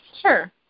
Sure